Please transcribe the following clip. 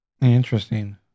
Interesting